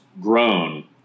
Grown